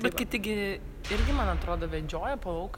bet kiti gi irgi man atrodo vedžioja po lauką